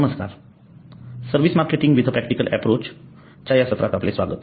नमस्कार service marketing with a practical approach च्या या सत्रात आपले स्वागत